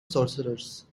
sorcerers